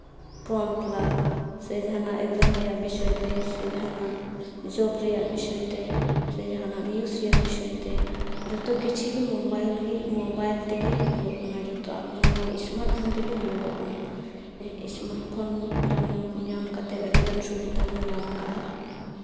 form fill up ᱥᱮ ᱡᱟᱦᱟᱱᱟᱜ exam ᱨᱮᱭᱟᱜ ᱵᱤᱥᱚᱭ ᱛᱮ ᱡᱟᱦᱟᱱᱟᱜ ᱡᱚᱵᱽ ᱨᱮᱭᱟᱜ ᱵᱤᱥᱚᱭ ᱛᱮ ᱥᱮ ᱡᱟᱦᱟᱱᱟᱜ ᱱᱤᱭᱩᱥ ᱨᱮᱭᱟᱜ ᱵᱤᱥᱚᱭ ᱛᱮ ᱡᱚᱛᱚ ᱠᱤᱪᱷᱩ ᱜᱮ ᱢᱳᱵᱟᱭᱤᱞ ᱜᱮ ᱢᱳᱵᱟᱭᱤᱞ ᱛᱮᱜᱮ ᱦᱩᱭᱩᱜᱚᱜ ᱠᱟᱱᱟ ᱡᱚᱛᱚ ᱟᱵᱚ ᱱᱚᱣᱟ ᱥᱢᱟᱨᱴ ᱯᱷᱳᱱ ᱛᱮᱜᱮ ᱦᱩᱭᱩᱜᱚᱜ ᱠᱟᱱᱟ ᱥᱢᱟᱨᱴ ᱯᱷᱳᱱ ᱧᱟᱢ ᱠᱟᱛᱮᱫ ᱟᱹᱰᱤᱜᱟᱱ ᱥᱩᱵᱤᱫᱷᱟ ᱵᱚᱱ ᱧᱟᱢ ᱠᱟᱜᱼᱟ